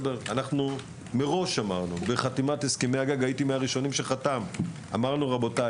אנחנו מראש בחתימת הסכמי הגג הייתי מהראשונים שחתמו אמרנו: רבותי,